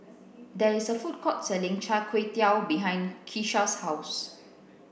there is a food court selling chai tow kuay behind Keshia's house